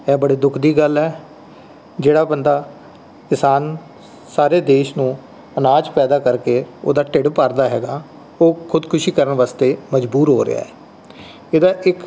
ਇਹ ਬੜੇ ਦੁੱਖ ਦੀ ਗੱਲ ਹੈ ਜਿਹੜਾ ਬੰਦਾ ਕਿਸਾਨ ਸਾਰੇ ਦੇਸ਼ ਨੂੰ ਅਨਾਜ ਪੈਦਾ ਕਰਕੇ ਉਹਦਾ ਢਿੱਡ ਭਰਦਾ ਹੈਗਾ ਉਹ ਖ਼ੁਦਕੁਸ਼ੀ ਕਰਨ ਵਾਸਤੇ ਮਜ਼ਬੂਰ ਹੋ ਰਿਹਾ ਹੈ ਇਹਦਾ ਇੱਕ